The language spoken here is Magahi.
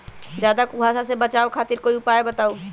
ज्यादा कुहासा से बचाव खातिर कोई उपाय बताऊ?